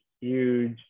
huge